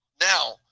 Now